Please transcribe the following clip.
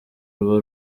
ruba